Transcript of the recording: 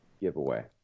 Giveaway